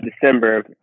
December